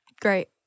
Great